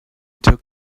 took